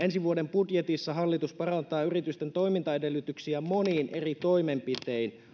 ensi vuoden budjetissa hallitus parantaa yritysten toimintaedellytyksiä monin eri toimenpitein